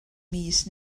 mis